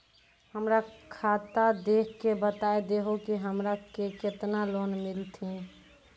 हमरा खाता देख के बता देहु के हमरा के केतना लोन मिलथिन?